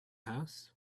house